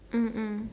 mm mm